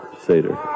Seder